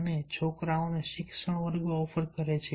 અને છોકરાઓ શિક્ષણ વર્ગો ઓફર કરે છે